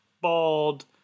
bald